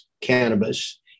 cannabis